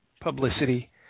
publicity